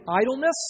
idleness